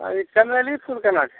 आओर ई चन्द्रैली फूल कोना छै